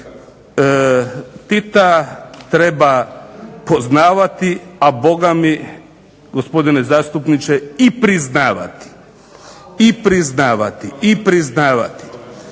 Tita treba poznavati, a Boga mi gospodine zastupniče i priznavati. I priznavati. I priznavati.